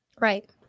Right